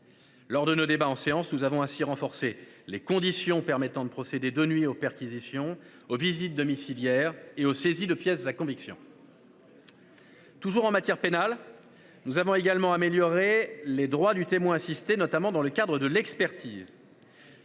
Lors de nos débats en séance, nous avons ainsi renforcé les conditions pour procéder de nuit à des perquisitions, à des visites domiciliaires et à des saisies de pièces à conviction. Toujours en matière pénale, nous avons amélioré les droits du témoin assisté, notamment dans le cadre de l'expertise.